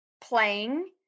playing